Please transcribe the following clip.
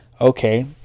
okay